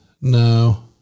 No